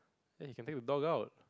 !eh! you can take the dog out